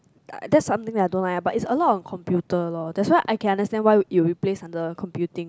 that something that I don't like ah but is a lot computer loh that why I can understand why it would be placed under computing